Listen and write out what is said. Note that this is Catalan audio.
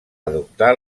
adoptar